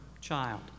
child